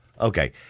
Okay